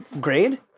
grade